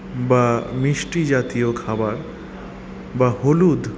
বা মিষ্টি জাতীয় খাবার বা হলুদ